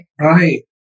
right